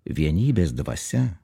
vienybės dvasia